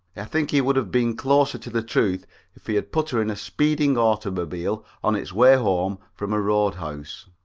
i think he would have been closer to the truth if he had put her in a speeding automobile on its way home from a road house.